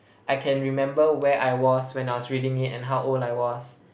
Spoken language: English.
I can remember where I was when I was reading it and how old I was